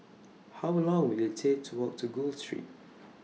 How Long Will IT Take to Walk to Gul Street